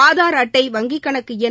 ஆதார் அட்டை வங்கிக்கணக்கு எண்